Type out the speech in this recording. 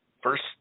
First